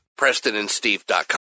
PrestonandSteve.com